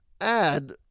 add